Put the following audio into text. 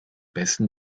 besten